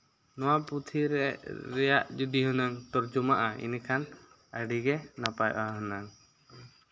ᱱᱚᱣᱟ ᱯᱩᱛᱷᱤ ᱨᱮ ᱨᱮᱭᱟᱜ ᱡᱩᱫᱤ ᱦᱩᱱᱟᱹᱝ ᱛᱚᱨᱡᱚᱢᱟᱜᱼᱟ ᱤᱱᱟᱹ ᱠᱷᱟᱱ ᱟᱹᱰᱤ ᱜᱮ ᱱᱟᱯᱟᱭᱚᱜᱼᱟ ᱦᱩᱱᱟᱹᱝ